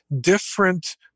different